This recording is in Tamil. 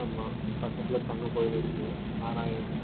ஆமாம் பக்கத்தில் தங்க கோயில் இருக்குது நாரணீயாம்